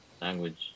Language